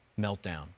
meltdown